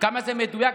כמה זה מדויק.